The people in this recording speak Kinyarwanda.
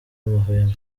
amahwemo